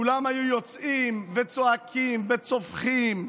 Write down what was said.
כולם היו יוצאים וצועקים וצווחים ואומרים: